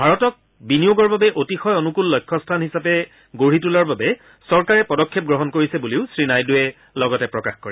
ভাৰতক বিনিয়োগৰ বাবে অতিশয় অনূকুল লক্ষ্যস্থান হিচাপে গঢ়ি তোলাৰ বাবে চৰকাৰে পদক্ষেপ গ্ৰহণ কৰিছে বুলিও শ্ৰীনাইডুৱে লগতে প্ৰকাশ কৰে